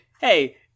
hey